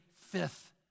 fifth